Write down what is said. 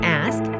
ask